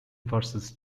versus